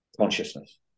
consciousness